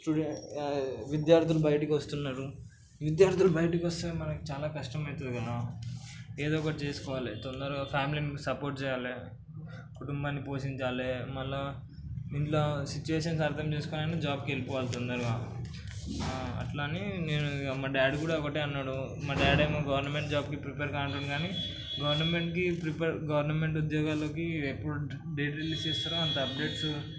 విద్యార్థులు బయటికి వస్తున్నారు విద్యార్థులు బయటకు వస్తే మనకు చాలా కష్టమవుతుంది కదా ఏదో ఒకటి చేసుకోవాలి తొందరగా ఫ్యామిలీని సపోర్ట్ చేయాలి కుటుంబాన్ని పోషించాలి మళ్ళీ ఇంట్లో సిచ్యువేషన్స్ అర్థం చేసుకొని అయినా జాబ్కి వెళ్ళిపోవాలి తొందరగా అట్లా అని నేను మా డాడీ కూడా ఒకటే అన్నాడు మా డాడి ఏమో గవర్నమెంట్ జాబ్కి ప్రిపేర్గా అంటున్నాడు కానీ గవర్నమెంట్కి ప్రిపేర్ గవర్నమెంట్ ఉద్యోగాలకి ఎప్పుడు డేట్స్ రిలీజ్ చేస్తారో అంత అప్డేట్స్